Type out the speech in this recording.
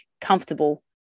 comfortable